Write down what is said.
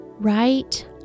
Right